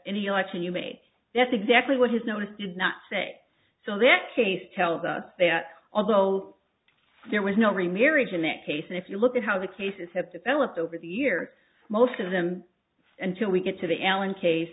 any election you made that's exactly what his notice did not say so that case tells us that although there was no remarriage in that case and if you look at how the cases have developed over the year most of them and till we get to the allen case